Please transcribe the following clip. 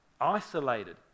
isolated